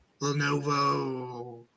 Lenovo